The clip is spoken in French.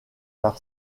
par